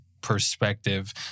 perspective